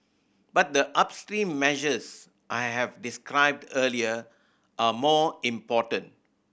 but the upstream measures I have described earlier are more important